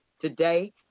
Today